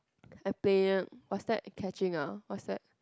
I play what's that catching ah what's that